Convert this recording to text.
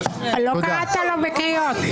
--- יש גבול למה שאתה עושה פה.